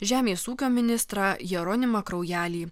žemės ūkio ministrą jeronimą kraujelį